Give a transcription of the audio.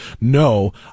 no